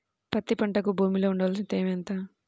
పత్తి పంటకు భూమిలో ఉండవలసిన తేమ ఎంత?